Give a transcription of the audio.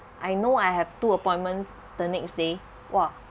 I know I have two appointments the next day !wah!